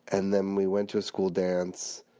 and then we went to a school dance,